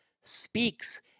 speaks